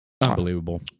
Unbelievable